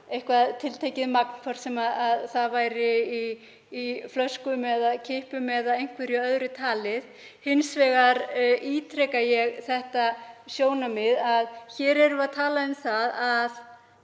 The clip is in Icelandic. eitthvert tiltekið magn, hvort sem það væri í flöskum eða kippum eða einhverju öðru talið. Hins vegar ítreka ég það sjónarmið að hér erum við að tala um að